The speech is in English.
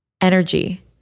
energy